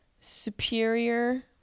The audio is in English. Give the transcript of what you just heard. Superior